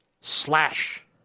Slash